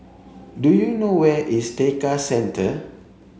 do you know where is Tekka Centre